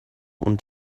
und